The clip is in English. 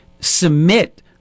submit